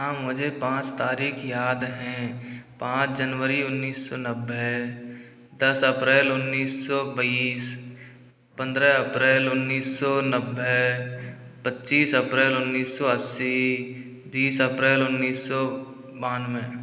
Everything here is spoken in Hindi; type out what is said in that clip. हाँ मुझे पाँच तारीख़ याद है पाँच जनवरी उन्नीस सौ नब्बे दस अप्रैल उन्नीस सौ बीस पंद्रह अप्रैल उन्नीस सौ नब्बे पच्चीस अप्रैल उन्नीस सौ अस्सी तीस अप्रैल उन्नीस सौ बानवे